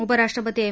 उपराष्ट्रपती एम